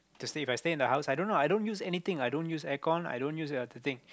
to stay If I stay in the house i don't know i don't use anything i don't use aircon i don't use the thing